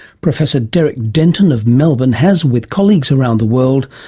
professor derek denton of melbourne has, with colleagues around the world,